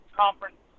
conference